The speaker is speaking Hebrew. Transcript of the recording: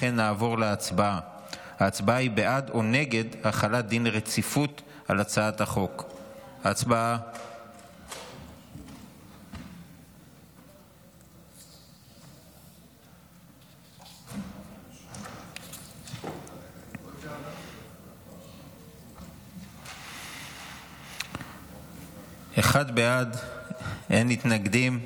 ארבעה בעד, אחד נגד, אין נמנעים.